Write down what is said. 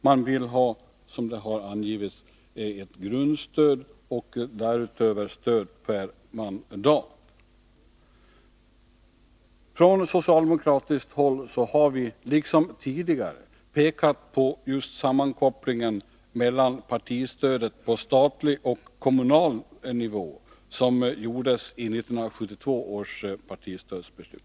Man vill, som det har angivits, ha ett grundstöd och därutöver ett . Från socialdemokratiskt håll har vi — liksom tidigare — pekat på just sammankopplingen mellan partistödet på statlig och kommunal nivå som gjordesi 1972 års partistödsbeslut.